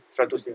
seratus kan